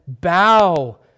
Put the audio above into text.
bow